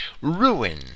ruin